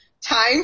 time